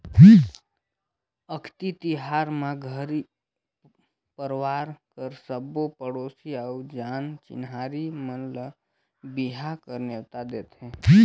अक्ती तिहार म घरी परवार कर सबो पड़ोसी अउ जान चिन्हारी मन ल बिहा कर नेवता देथे